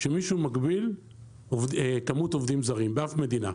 שמישהו מגביל כמות עובדים זרים באף מדינה.